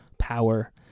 power